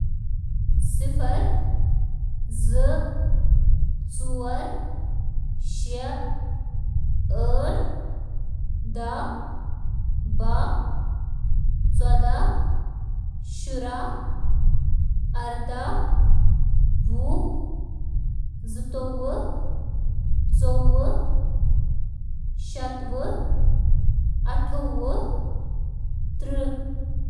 زٕ، ژور، شے، ٲٹھ۔ ،دَہ، بَہہ، ژۄدہ، شُراہ ، ارداہ، وُہ۔ وُہُہ، ژوُہُہ، شُوُہ، اَٹھوُہِم، ترٛہہ